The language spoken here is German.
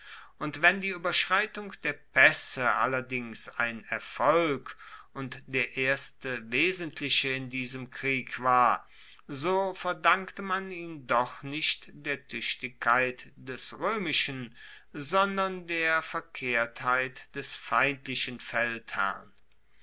und wenn die ueberschreitung der paesse allerdings ein erfolg und der erste wesentliche in diesem krieg war so verdankte man ihn doch nicht der tuechtigkeit des roemischen sondern der verkehrtheit des feindlichen feldherrn